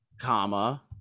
comma